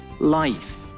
life